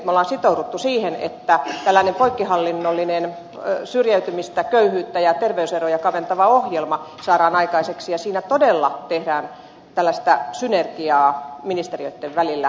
olemme sitoutuneet siihen että tällainen poikkihallinnollinen syrjäytymistä köyhyyttä ja terveyseroja kaventava ohjelma saadaan aikaiseksi ja siinä todella tehdään tällaista synergiaa ministeriöitten välillä